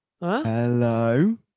Hello